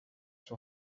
sur